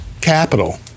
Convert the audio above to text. capital